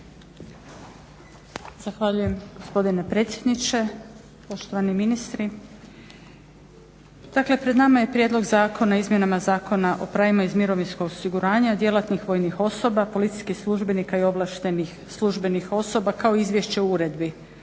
Zahvaljujem, gospodine predsjedniče. Poštovani ministri. Dakle pred nama je Prijedlog zakona o izmjenama Zakona o pravima iz mirovinskog osiguranja, djelatnih vojnih osoba, policijskih službenika i ovlaštenih službenih osoba, kao i izvješće o uredbi